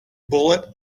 bullet